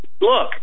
Look